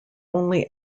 only